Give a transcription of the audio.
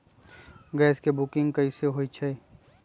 Gas के booking कैसे होईछई?